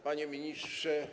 Panie Ministrze!